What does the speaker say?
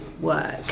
work